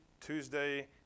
tuesday